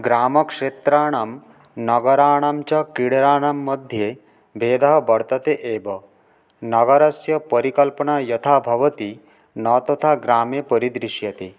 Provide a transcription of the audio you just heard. ग्रामक्षेत्राणां नगराणाञ्च क्रीडनानां मध्ये भेदः वर्तते एव नगरस्य परिकल्पना यथा भवति न तथा ग्रामे परिदृश्यते